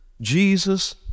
Jesus